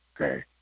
okay